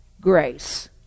grace